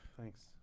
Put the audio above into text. thanks